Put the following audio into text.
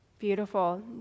Beautiful